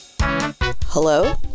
Hello